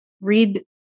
read